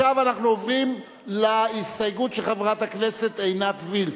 אנחנו עוברים להסתייגות של חברת הכנסת עינת וילף,